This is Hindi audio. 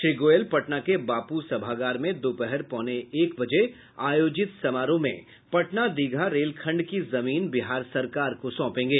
श्री गोयल पटना के बापू सभागार में दोपहर पौने एक बजे आयोजित समारोह में पटना दीघा रेल खंड की जमीन बिहार सरकार को सौंपेंगे